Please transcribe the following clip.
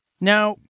now